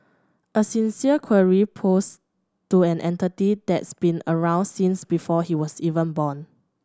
a sincere query posed to an entity that's been around since before he was even born